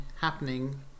happening